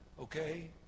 Okay